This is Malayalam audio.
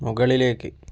മുകളിലേക്ക്